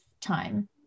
time